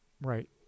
Right